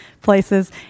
places